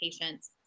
patients